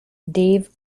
dave